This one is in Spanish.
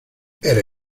era